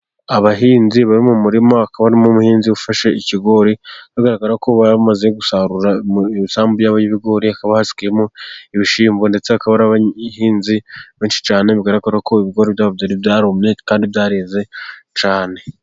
Abahinzi bari mu murima, hakaba harimo umuhinzi ufashe ikigori, hagaragara ko bamaze gusarura isambu yabo y'ibigori hakaba hasigayemo ibishyimbo. Ndetse hakaba hari abahinzi benshi cyane, bigaragara ko ibigori byabo byari byarumye kandi byareze cyane.